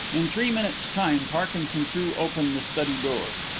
in three minutes' time parkinson threw open the study door.